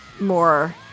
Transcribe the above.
more